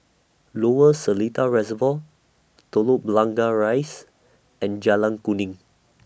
Lower Seletar Reservoir Telok Blangah Rise and Jalan Kuning